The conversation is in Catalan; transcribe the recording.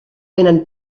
tenen